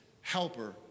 helper